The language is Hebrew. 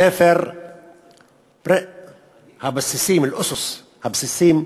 ספר הבסיסים, אל-אוסוס, הבסיסים,